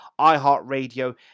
iHeartRadio